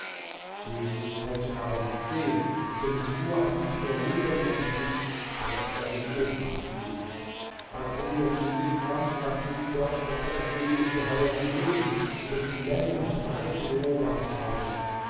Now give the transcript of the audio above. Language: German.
jesus konnte aber nichts sehen denn es fuhr an ihm vorüber wie ein blitz so daß er in ohnmacht fiel als er wieder zu sich kam fragte ihn gott ob er das seeungeheuer gesehen und dessen länge und breite beobachtet habe